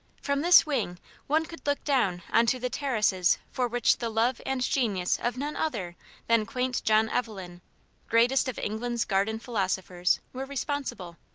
from this wing one could look down on to the terraces for which the love and genius of none other than quaint john evelyn greatest of england's garden philosophers were responsible.